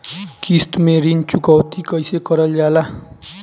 किश्त में ऋण चुकौती कईसे करल जाला?